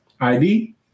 ID